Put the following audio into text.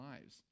lives